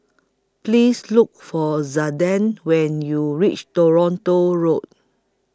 Please Look For Zaiden when YOU REACH Toronto Road